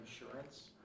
insurance